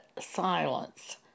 silence